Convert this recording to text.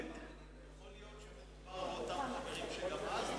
יכול להיות שמדובר באותם חברים שגם אז,